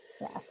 Yes